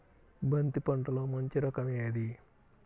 బంతి పంటలో మంచి రకం ఏది?